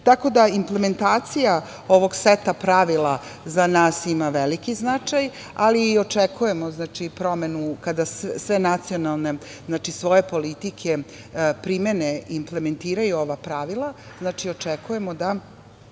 da, implementacija ovog seta pravila za nas ima veliki značaj, ali i očekujemo promenu kada sve nacionalne, znači svoje politike primene, implementiraju ova pravila, očekujemo da